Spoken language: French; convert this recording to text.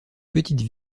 petite